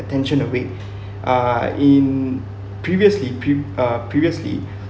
attention away uh in previously pre~ uh previously